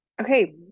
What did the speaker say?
Okay